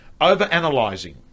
overanalyzing